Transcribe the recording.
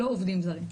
לא כולם עובדים זרים.